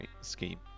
scheme